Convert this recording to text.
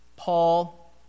Paul